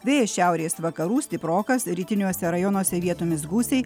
vėjas šiaurės vakarų stiprokas rytiniuose rajonuose vietomis gūsiai